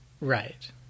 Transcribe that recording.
Right